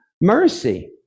mercy